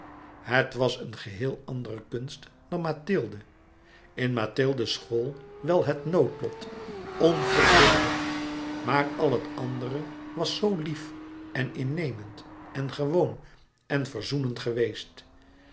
het was een geheel andere kunst dan mathilde in mathilde school wel het noodlot onverbiddelijk maar al het andere was zoo lief en innemend en gewoon en verzoenend geweest